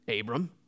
Abram